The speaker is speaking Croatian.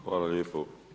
Hvala lijepo.